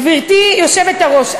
גברתי היושבת-ראש,